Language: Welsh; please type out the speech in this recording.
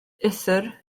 uthr